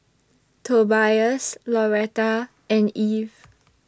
Tobias Lauretta and Eve